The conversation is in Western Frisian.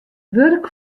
wurk